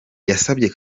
yasabye